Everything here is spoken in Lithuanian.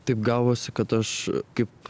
taip gavosi kad aš kaip